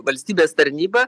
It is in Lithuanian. valstybės tarnyba